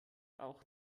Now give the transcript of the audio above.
auch